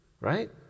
right